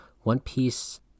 one-piece